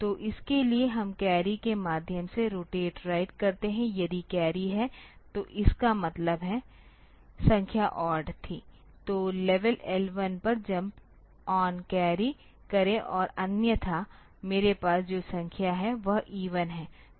तो इसके लिए हम कैरी के माध्यम से रोटेट राईट करते हैं यदि कैरी है तो इसका मतलब है संख्या ओड थी तो लेवल L 1 पर जम्प ऑन कैर्री करे और अन्यथा मेरे पास जो संख्या है वह इवन है